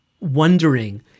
wondering